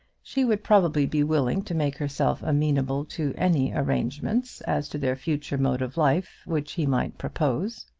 she would probably be willing to make herself amenable to any arrangements as to their future mode of life which he might propose.